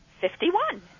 Fifty-one